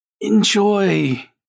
Enjoy